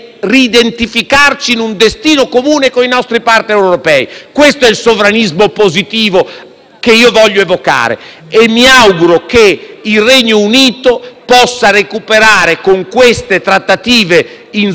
che io voglio evocare. E mi auguro che il Regno Unito possa recuperare, con queste trattative in zona Cesarini, un senso di un destino comune che inevitabilmente ha con il resto d'Europa.